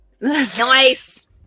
Nice